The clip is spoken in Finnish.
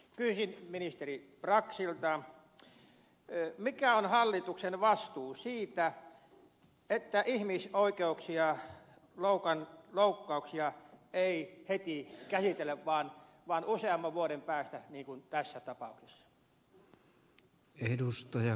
kysyisin ministeri braxilta mikä on hallituksen vastuu siitä että ihmisoikeuksien loukkauksia ei käsitellä heti vaan useamman vuoden päästä niin kuin tässä tapauksessa